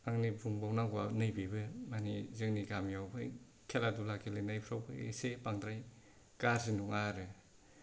आंनि बुंबावनांगौवा नै बेबो माने जोंनि गामियावहाय खेला दुला गेलेनायफ्रावबो एसे बांद्राय गाज्रि नङा आरो